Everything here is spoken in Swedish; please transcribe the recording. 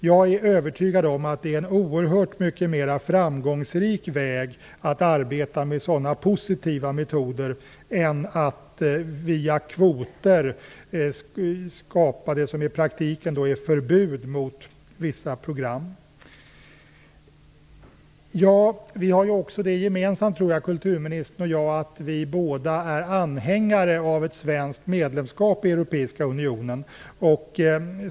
Jag är övertygad om att det är en oerhört mycket mera framgångsrik väg att arbeta med sådana positiva metoder än att via kvoter skapa vad som i praktiken är förbud mot vissa program. Jag tror att kulturministern och jag också har det gemensamt att vi båda är anhängare av svenskt medlemskap i Europeiska unionen.